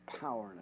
power